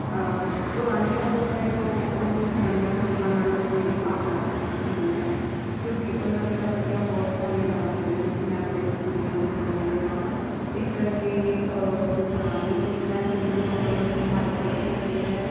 ਪੁਰਾਣੀਆਂ ਫੋਟੋਆਂ ਜੋ ਉਹ ਨਵੀਆਂ ਫੋਟੋਆਂ ਨਾਲੋਂ ਵਧੇਰੇ ਭਾਵਨਾਤਮਕ ਹੁੰਦੀਆਂ ਹੈ ਕਿਉਂਕਿ ਉਹਨਾਂ ਵਿੱਚ ਆਪਣੀਆਂ ਬਹੁਤ ਸਾਰੀਆਂ ਮੈਮਰੀਆਂ ਮੈਮਰੀਸ ਜੁੜੀਆਂ ਹੁੰਦੀਆਂ ਉਹਨਾਂ ਦੇ ਨਾਲ ਇਸ ਕਰਕੇ ਜੋ ਪੁਰਾਣੀਆਂ ਫੋਟੋਆਂ ਹੈ ਉਹਨਾਂ ਨੂੰ ਆਪਾਂ ਨੂੰ ਸੰਭਾਲ ਕੇ ਰੱਖਣਾ ਚਾਹੀਦਾ ਹੈ